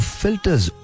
filters